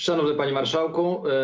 Szanowny Panie Marszałku!